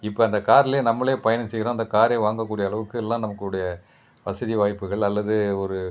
இப்போ அந்த காருலையே நம்மளே பயணம் செயகிறோம் அந்த காரே வாங்கக்கூடிய அளவுக்கெல்லாம் நமக்குடைய வசதி வாய்ப்புகள் அல்லது ஒரு